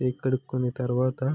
చేయి కడుక్కున్న తరువాత